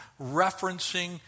referencing